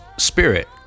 spirit